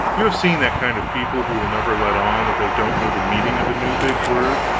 you have seen that kind of people who will never let on that they don't know the meaning of a new big word.